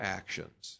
actions